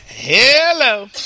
hello